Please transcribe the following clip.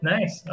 Nice